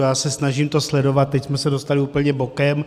Já se to snažím sledovat, teď jsme se dostali úplně bokem.